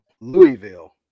louisville